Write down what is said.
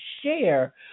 share